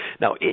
Now